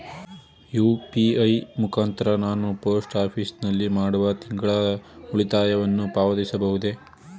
UPI ಮುಖಾಂತರ ನಾನು post office ನಲ್ಲಿ ಮಾಡುವ ತಿಂಗಳ ಉಳಿತಾಯವನ್ನು ಪಾವತಿಸಬಹುದೇ?